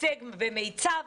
הישג במיצ"ב,